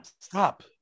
Stop